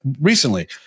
recently